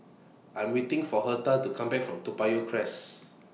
I'm waiting For Hertha to Come Back from Toa Payoh Crest